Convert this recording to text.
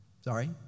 Sorry